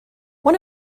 one